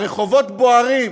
הרחובות בוערים,